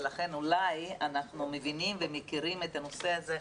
ולכן אולי אנחנו מבינים ומכירים את הנושא הזה.